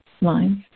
lines